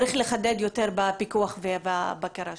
צריך לחדד יותר את הפיקוח והבקרה שם.